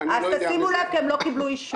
תשימו לב, הן לא קיבלו אישור.